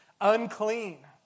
unclean